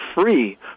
free